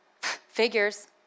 figures